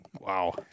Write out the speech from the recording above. wow